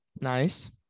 Nice